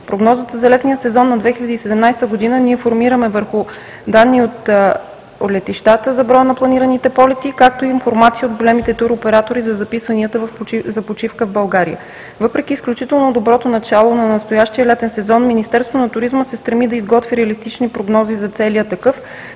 Прогнозата за летния сезон на 2017 г. ние формираме върху данни от летищата за броя на планираните полети, както и информация от големите туроператори за записванията за почивка в България. Въпреки изключително доброто начало на настоящия летен сезон, Министерството на туризма се стреми да изготвя реалистични прогнози за целия такъв,